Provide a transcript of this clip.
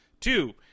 two